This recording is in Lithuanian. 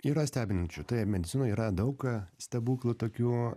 yra stebinčių toje medicinoje yra daug stebuklų tokių